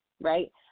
right